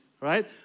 right